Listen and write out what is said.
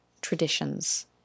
traditions